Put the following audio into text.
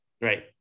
right